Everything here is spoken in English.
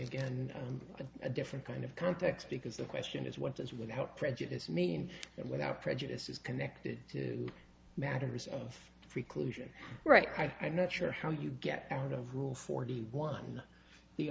again in a different kind of context because the question is what does without prejudice mean and without prejudice is connected to matters of preclusion right i am not sure how you get out of rule forty